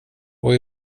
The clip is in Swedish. och